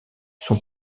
son